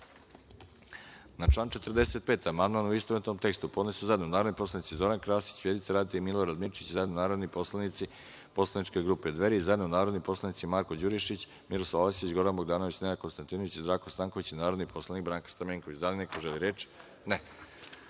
član 45. amandman, u istovetnom tekstu, podneli su zajedno narodni poslanici Zoran Krasić, Vjerica Radeta i Milorad Mirčić, i zajedno narodni poslanici Poslaničke grupe Dveri, i zajedno narodni poslanici Marko Đurišić, Miroslav Aleksić, Goran Bogdanović, Nenad Konstantinović i Zdravko Stanković i narodni poslanik Branka Stamenković. Da li neko želi reč?